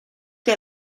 que